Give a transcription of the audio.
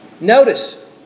Notice